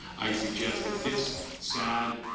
i suggest that this sad,